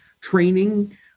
training